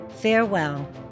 Farewell